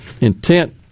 intent